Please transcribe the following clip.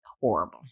horrible